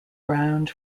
ground